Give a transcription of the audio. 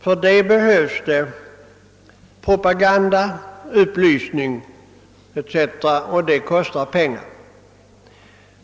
Härför behövs propaganda och upplysning, och detta kostar pengar.